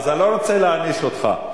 אז אני לא רוצה להעניש אותך.